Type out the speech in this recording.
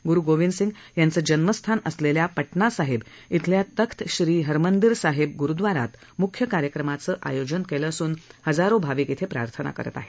गुरु गोविंद सिंग यांचं जन्मस्थान असलेल्या पटणा साहेब इथल्या तख्त श्री हरमंदिर साहेब ग्रुद्वारात म्ख्य कार्यक्रमाचं आयोजन केलं असून हजारो भाविक इथं प्रार्थना करीत आहेत